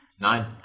Nine